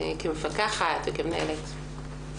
כמפקחת וכמנהלת.